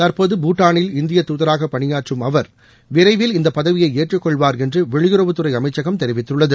தற்போது பூட்டானில் இந்திய தூதராக பணியாற்றும் அவர் விரைவில் இந்த பதவியை ஏற்றுக்கொள்வார் என்று வெளியுறவுத்துறை அமைச்சகம் தெரிவித்துள்ளது